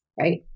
right